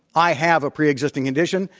i have a pre-existing condition,